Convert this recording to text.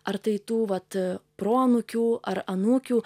ar tai tų vat proanūkių ar anūkių